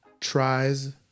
Tries